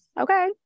Okay